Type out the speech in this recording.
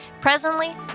Presently